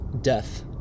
death